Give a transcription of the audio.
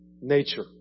nature